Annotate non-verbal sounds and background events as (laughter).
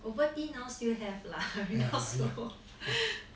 ovaltine now still have lah we not so (laughs)